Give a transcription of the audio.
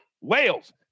wales